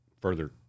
further